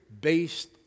based